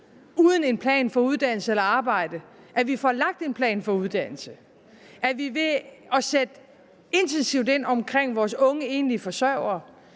uden en plan for uddannelse eller arbejde, får vi lagt en plan for uddannelse, at vi ved at sætte intensivt ind over for vores unge enlige forsørgere,